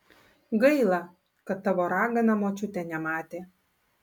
gaila kad tavo ragana močiutė nematė